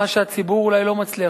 מה שהציבור אולי לא מצליח,